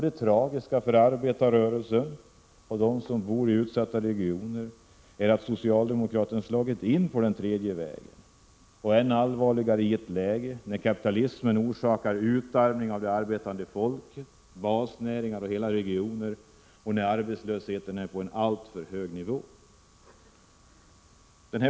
Det tragiska för arbetarrörelsen och dem som bor i utsatta regioner är att socialdemokraterna har slagit in på den tredje vägen. Det är än allvarligare i ett läge där kapitalismen orsakar utarmning av det arbetande folket, basnäringar och hela regioner och där arbetslösheten ligger på en alltför hög nivå.